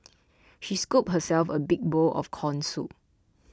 she scooped herself a big bowl of Corn Soup